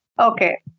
Okay